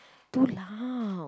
too loud